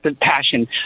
passion